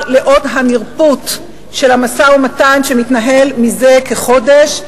לאור הנרפות של המשא-ומתן שמתנהל מזה כחודש,